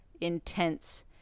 intense